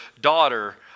daughter